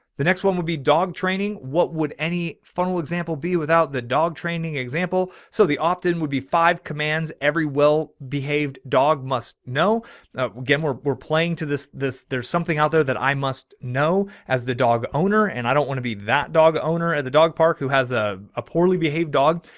the next one would be dog training. what would any funnel example be without the dog training example? so the optin would be five commands every well behaved dog must know again, we're, we're playing to this, this there's something out there that i must know as the dog owner. and i don't want to be that dog owner at the dog park who has a, a poorly behaved dog.